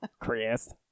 Chris